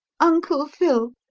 uncle phil!